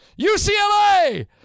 UCLA